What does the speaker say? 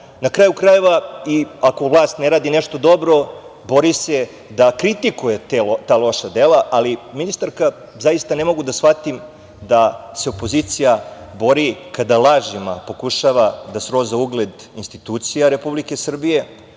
na kraju krajeva i ako vlast ne radi nešto dobro, bori se da kritikuje ali ta loša dela, ali ministarka zaista ne mogu da shvatim da se opozicija bori kada lažima pokušava da sroza ugled institucija Republike Srbije,